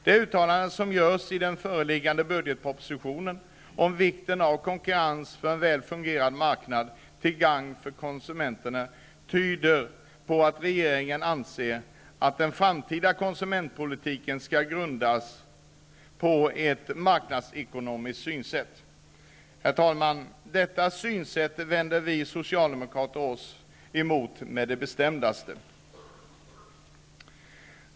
Det uttalande som görs i föreliggande budgetproposition om vikten av konkurrens för en väl fungerande marknad till gagn för konsumenterna tyder på att regeringen anser att den framtida konsumentpolitiken skall grundas på ett marknadsekonomiskt synsätt. Herr talman! Detta synsätt vänder vi socialdemokrater oss emot på det bestämdaste.